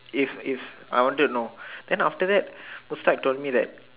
if if I wanted to know then after that most time told me that